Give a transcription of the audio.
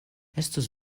estus